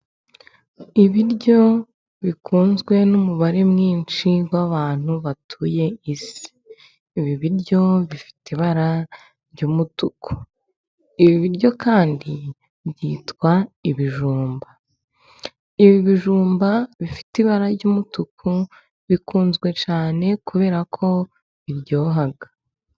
Ibiryo bikunzwe n'umubare mwinshi w'abantu batuye isi. Ibi biryo bifite ibara ry'umutuku. Ibi biryo kandi byitwa ibijumba. Ibi bijumba bifite ibara ry'umutuku bikunzwe cyane kubera ko biryoha.